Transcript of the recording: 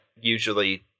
usually